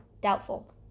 doubtful